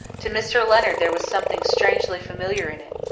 to mr. leonard there was something strangely familiar in it.